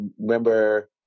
remember